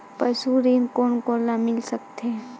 पशु ऋण कोन कोन ल मिल सकथे?